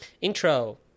Intro